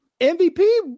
MVP